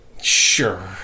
Sure